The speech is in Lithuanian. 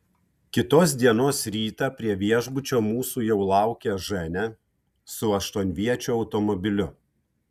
kitos dienos rytą prie viešbučio mūsų jau laukė ženia su aštuonviečiu automobiliu